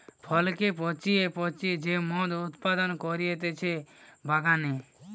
ফলকে পচিয়ে পচিয়ে যে মদ উৎপাদন করতিছে বাগানে